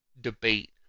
debate